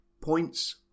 points